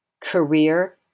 career